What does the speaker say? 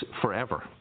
forever